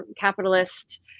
capitalist